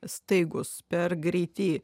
staigūs per greiti